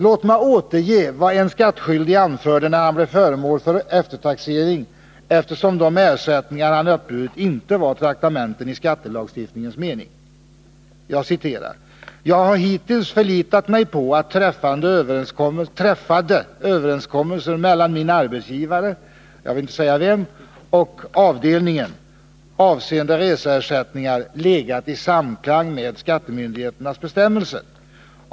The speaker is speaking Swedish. Låt mig återge vad en skattskyldig anförde när han blev föremål för eftertaxering, eftersom de ersättningar han uppburit inte var traktamenten i skattelagstiftningens mening: ”Jag har hittills förlitat mig på att träffade överenskommelser mellan min Nr 110 arbetsgivare och avdelningen avseende reseersättningar legat i samklang med skattemyndigheternas bestämmelser.